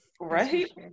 right